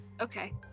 Okay